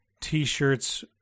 t-shirts